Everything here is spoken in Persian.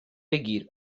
بگیر